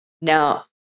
Now